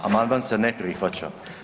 Amandman se ne prihvaća.